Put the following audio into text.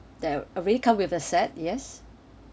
that already come with sides yes